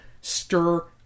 stir